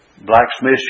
Blacksmith